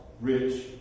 rich